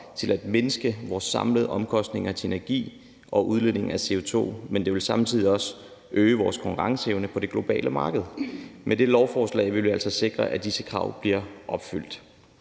til at mindske vores samlede omkostninger til energi og udledningen af CO2, men det vil samtidig også øge vores konkurrenceevne på det globale marked. Med det lovforslag vil vi altså sikre, at disse krav bliver opfyldt.